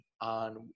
on